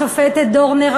השופטת דורנר,